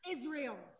Israel